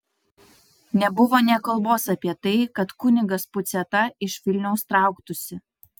nebuvo nė kalbos apie tai kad kunigas puciata iš vilniaus trauktųsi